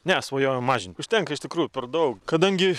ne svajoju mažint užtenka iš tikrųjų per daug kadangi